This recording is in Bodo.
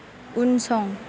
उनसं